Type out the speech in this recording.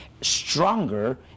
Stronger